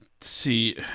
see